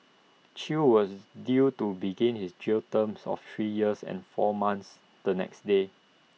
chew was due to begin his jail term of three years and four months the next day